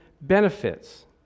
benefits